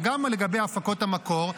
וגם לגבי הפקות המקור,